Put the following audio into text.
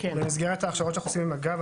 במסגרת ההכשרות שאנחנו עושים עם מג"ב,